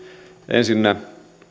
ensinnä